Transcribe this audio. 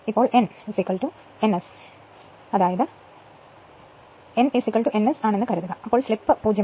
ഇപ്പോൾ n എന്നുവെച്ചാൽ n n S ഉദാഹരണത്തിന് n n S ആണെന്ന് കരുതുക അപ്പോൾ സ്ലിപ്പ് 0